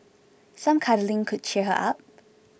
some cuddling could cheer her up